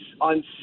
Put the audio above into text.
on